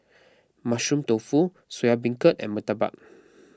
Mushroom Tofu Soya Beancurd and Murtabak